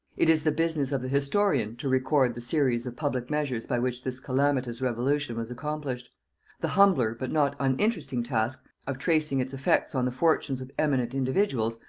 it is the business of the historian to record the series of public measures by which this calamitous revolution was accomplished the humbler but not uninteresting task, of tracing its effects on the fortunes of eminent individuals,